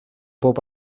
bob